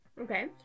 Okay